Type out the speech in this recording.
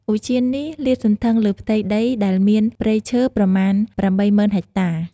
ឧទ្យាននេះលាតសន្ធឹងលើផ្ទៃដីដែលមានព្រៃឈើប្រមាណ៨ម៉ឺនហិចតា។